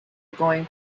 going